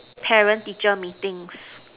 parent teacher meetings